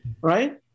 Right